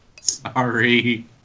Sorry